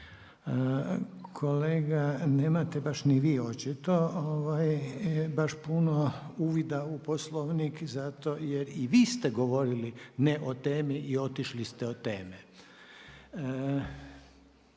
Kolega, nemate baš ni vi očito, baš puno uvida u Poslovnik zato jer i vi ste govorili ne o temi i otišli ste od teme.